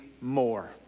more